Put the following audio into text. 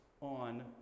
on